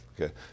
Okay